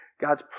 God's